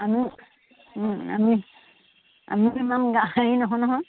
আমি আমি আমিও ইমান হেৰি নহয় নহয়